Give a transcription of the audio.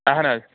اہن حظ